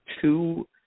two